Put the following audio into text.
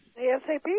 asap